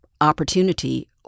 opportunity